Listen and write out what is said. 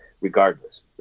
regardless